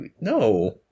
No